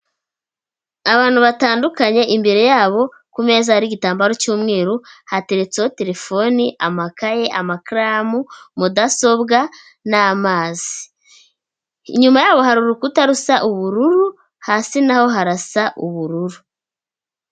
Abantu batandukanye imbere yabo kumeza hari igitambaro cy'umweru hateretseho telefoni, amakaye, amakaramu, mudasobwa n'amazi inyuma yabo hari urukuta rusa ubururu hasi naho harasa ubururu.